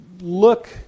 look